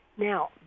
Now